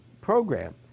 program